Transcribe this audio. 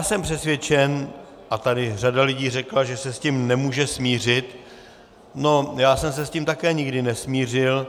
Jsem přesvědčen, a řada lidí tady řekla, že se s tím nemůže smířit, já jsem se s tím také nikdy nesmířil.